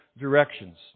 directions